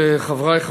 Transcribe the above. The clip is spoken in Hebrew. זכויות אזרח,